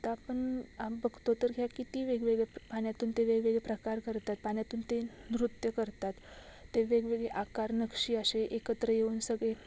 आता आपन बघतो तर घ्या किती वेगवेगळ्या पान्यातून ते वेगवेगळे प्रकार करतात पान्यातून ते नृत्य करतात ते वेगवेगळे आकार नक्षी अशे एकत्र येऊन सगळे